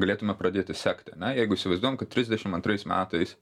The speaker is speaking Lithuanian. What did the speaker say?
galėtume pradėti sekti ane jeigu įsivaizduojam kad trisdešim antrais metais